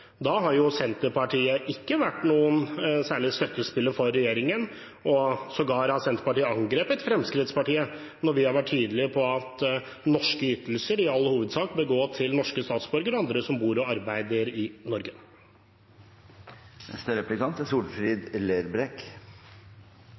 Da har Senterpartiet ikke vært noen særlig støttespiller for regjeringen, og Senterpartiet har sågar angrepet Fremskrittspartiet når vi har vært tydelige på at norske ytelser i all hovedsak bør gå til norske statsborgere og andre som bor og arbeider i Norge. Framstegspartiet vart oppretta på bakgrunn av at dei er